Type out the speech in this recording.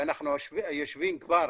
ואנחנו יושבים כבר